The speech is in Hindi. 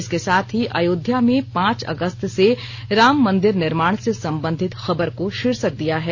इसके साथ ही अयोध्या में पांच अगस्त से राम मंदिर निर्माण से संबंधित खबर को शीर्षक दिया है